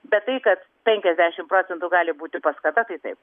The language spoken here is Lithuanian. bet tai kad penkiasdešim procentų gali būti paskata tai taip